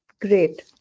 great